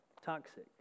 toxic